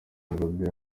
melody